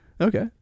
Okay